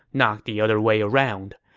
not the other way around.